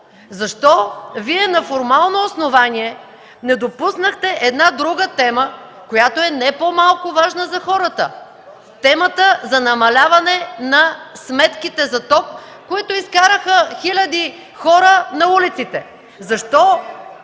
Защо Вие на формално основание не допуснахте една друга тема, не по-малко важна за хората – темата за намаляване на сметките за ток, които изкараха хиляди хора на улиците?! Защо